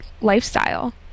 lifestyle